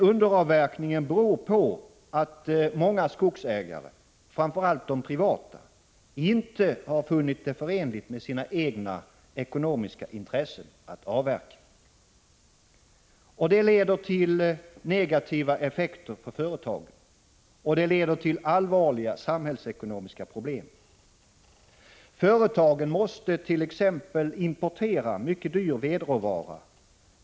Underavverkningen beror på att många skogsägare — framför allt de privata — inte har funnit det vara förenligt med sina egna ekonomiska intressen att avverka. Det får negativa effekter för företagen, och det leder också till allvarliga samhällsekonomiska problem. Företagen måste t.ex. importera mycket dyr vedråvara.